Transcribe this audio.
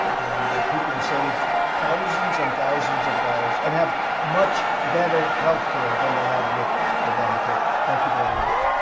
and people will save thousands and thousands of dollars and have much better healthcare than they had with obamacare. thank you very much.